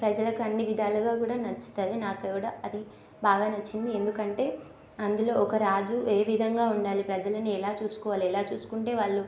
ప్రజలకు అన్ని విధాలుగా కూడా నచ్చుతుంది నాకు కూడా అది బాగా నచ్చింది ఎందుకంటే అందులో ఒక రాజు ఏ విధంగా ఉండాలి ప్రజలను ఎలా చూసుకోవాలి ఎలా చూసుకుంటే వాళ్ళు